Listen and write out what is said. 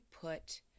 put